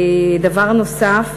דבר נוסף,